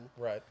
right